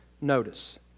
notice